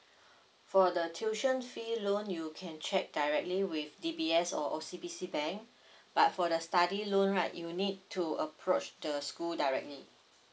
for the tuition fee loan you can check directly with D_B_S or O_C_B_C bank but for the study loan right you need to approach the school directly